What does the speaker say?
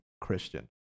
Christian